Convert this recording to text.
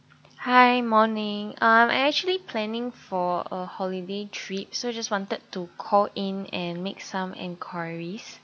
hi morning um I'm actually planning for a holiday trip so just wanted to call in and make some enquiries